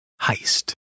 heist